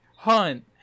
Hunt